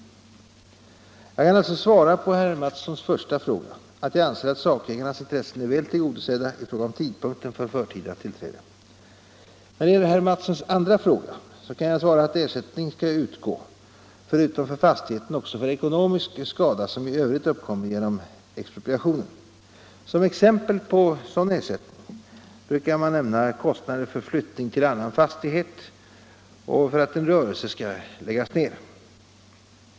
Jag kan alltså svara på herr Mattssons första fråga att jag anser att sakägarnas intressen är väl tillgodosedda i fråga om tidpunkten för förtida tillträde. I fråga om herr Mattssons andra fråga kan jag svara att ersättning skall utgå, förutom för fastigheten, för ekonomisk skada som i övrigt uppkommer genom expropritationen. Som exempel på sådan ersättning brukar nämnas kostnader för flyttning till annan fastighet och för att en rörelse måste läggas ner.